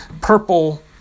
Purple